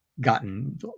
gotten